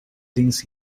things